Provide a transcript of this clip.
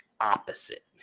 opposite